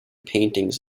paintings